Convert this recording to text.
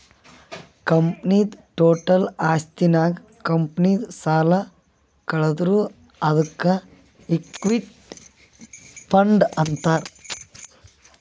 ಕಂಪನಿದು ಟೋಟಲ್ ಆಸ್ತಿ ನಾಗ್ ಕಂಪನಿದು ಸಾಲ ಕಳದುರ್ ಅದ್ಕೆ ಇಕ್ವಿಟಿ ಫಂಡ್ ಅಂತಾರ್